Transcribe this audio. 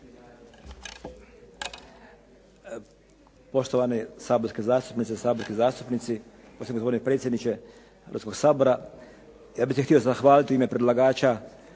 Poštovani saborski zastupnici i saborske zastupnice. Poštovani gospodine predsjedniče Hrvatskog sabora. Ja bih se htio zahvaliti u ime predlagača